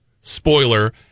spoiler